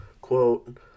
quote